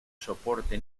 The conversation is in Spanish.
soporte